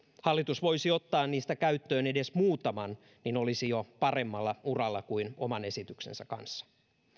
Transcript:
hallitus voisi ottaa niistä käyttöön edes muutaman niin olisi jo paremmalla uralla kuin oman esityksensä kanssa